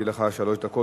יהיו לך שלוש דקות,